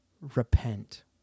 repent